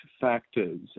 factors